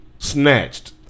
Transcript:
snatched